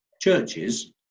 churches